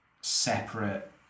separate